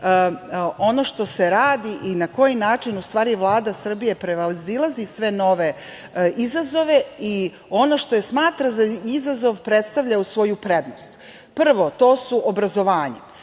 ono što se radi i na koji način Vlada Srbije prevazilazi sve nove izazove i ono što smatra za izazov, predstavlja u svoju prednost. Prvo, to je obrazovanje.